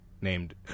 named